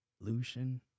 Lucian